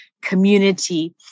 community